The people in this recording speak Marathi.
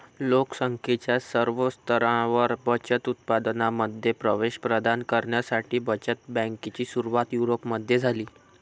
लोक संख्येच्या सर्व स्तरांवर बचत उत्पादनांमध्ये प्रवेश प्रदान करण्यासाठी बचत बँकेची सुरुवात युरोपमध्ये झाली